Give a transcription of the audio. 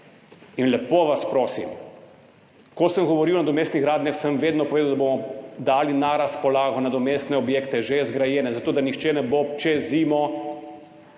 In lepo vas prosim, ko sem govoril o nadomestnih gradnjah, sem vedno povedal, da bomo dali na razpolago nadomestne objekte, že zgrajene, da nihče ne bo čez zimo